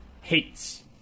hates